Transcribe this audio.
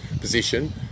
position